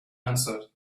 answered